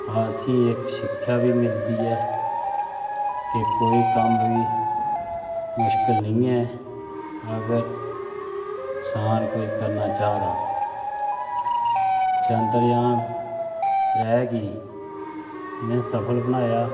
असें इक्क सिक्खेआ बी मिलदी ऐ की कोई कम्म बी मुश्कल निं ऐ अगर इन्सान कोई करना चाह् तां चंद्रयान त्रैऽ इनें सफल बनाया